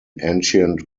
ancient